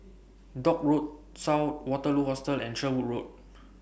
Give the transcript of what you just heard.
Dock Road South Waterloo Hostel and Sherwood Road